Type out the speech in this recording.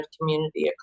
community